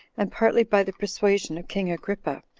and partly by the persuasion of king agrippa,